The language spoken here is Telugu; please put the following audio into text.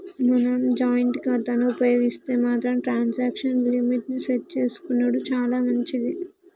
మనం జాయింట్ ఖాతాను ఉపయోగిస్తే మాత్రం ట్రాన్సాక్షన్ లిమిట్ ని సెట్ చేసుకునెడు చాలా మంచిది